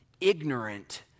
ignorant